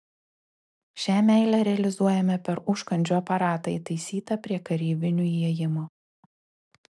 šią meilę realizuojame per užkandžių aparatą įtaisytą prie kareivinių įėjimo